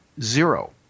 Zero